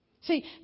See